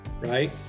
right